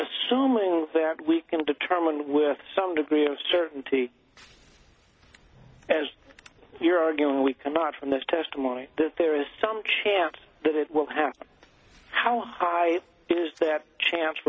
assuming that we can determine with some degree of certainty as you're arguing we cannot from this testimony that there is some chance that it will happen how high is that chance